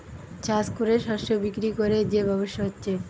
চাষ কোরে শস্য বিক্রি কোরে যে ব্যবসা হচ্ছে